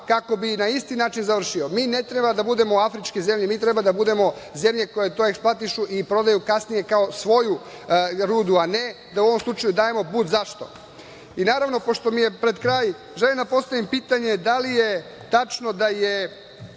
kako bi na isti način završio. Mi ne treba da budemo afričke zemlje, mi treba da budemo zemlje koje to eksploatišu i prodaju kasnije kao svoju rudu, a ne da u ovom slučaju dajemo but zašto. Naravno, pošto mi je pred kraj želim da postavim pitanje – da li je tačno da je